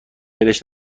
ولش